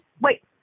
wait